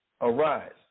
Arise